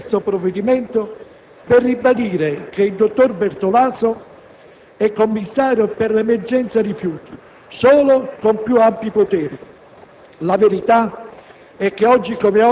Oggi esaminiamo questo provvedimento per ribadire che il dottor Bertolaso è commissario per l'emergenza rifiuti, solo con più ampi poteri.